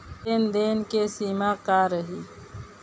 लेन देन के सिमा का रही?